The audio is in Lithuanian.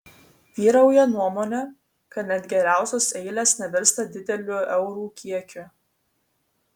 vyrauja nuomonė kad net geriausios eilės nevirsta dideliu eurų kiekiu